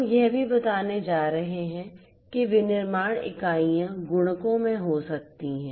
हम यह भी बताने जा रहे हैं कि विनिर्माण इकाइयाँ गुणकों में हो सकती हैं